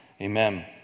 Amen